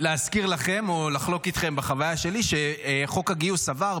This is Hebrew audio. להזכיר לכם או לחלוק איתכם את החוויה האישית שלי כשחוק הגיוס עבר,